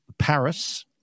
paris